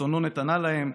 ברצונו נתנה להם,